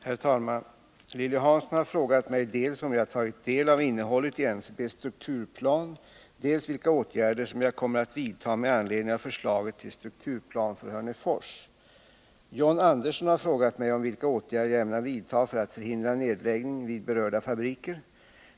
Herr talman! Lilly Hansson har frågat mig dels om jag tagit del av innehållet i NCB:s strukturplan, dels vilka åtgärder som jag kommer att vidta med anledning av förslaget till strukturplan för Hörnefors. John Andersson har frågat mig vilka åtgärder jag ämnar vidta för att förhindra nedläggning vid berörda fabriker.